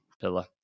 pillar